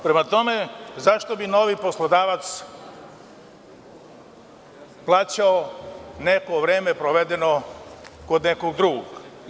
Prema tome, zašto bi novi poslodavac plaćao neko vreme provedeno kod nekog drugog?